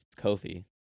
Kofi